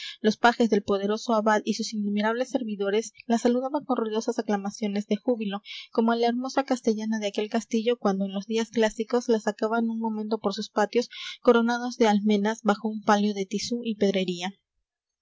los pajes del poderoso abad y sus innumerables servidores la saludaban con ruidosas aclamaciones de júbilo como á la hermosa castellana de aquel castillo cuando en los días clásicos la sacaban un momento por sus patios coronados de almenas bajo un palio de tisú y pedrería